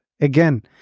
again